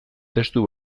testu